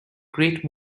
great